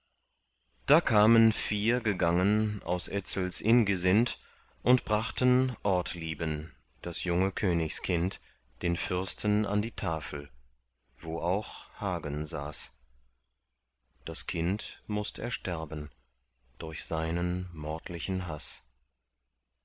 da kamen vier gegangen aus etzels ingesind und brachten ortlieben das junge königskind den fürsten an die tafel wo auch hagen saß das kind mußt ersterben durch seinen mordlichen haß